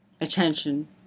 Attention